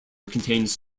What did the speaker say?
contains